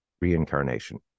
reincarnation